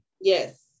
Yes